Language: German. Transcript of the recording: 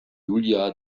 julia